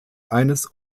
eines